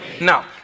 Now